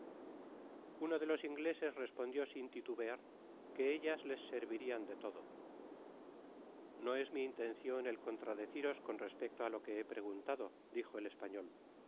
uno de los ingleses respondió sin ti tu ti ar que ellas les servirían de todo vo es oii intencion el contradeciros con respecto á lo que os he preguntado dijo el español